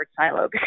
silo